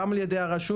גם על ידי הרשות,